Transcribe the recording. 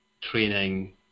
training